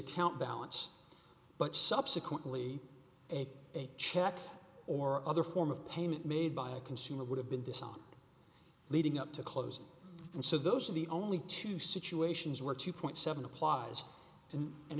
account balance but subsequently a check or other form of payment made by a consumer would have been this on leading up to close and so those are the only two situations where two point seven applies and and